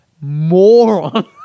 moron